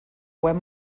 web